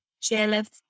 jealous